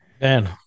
Man